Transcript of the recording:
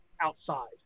outside